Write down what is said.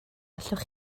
allwch